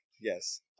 Yes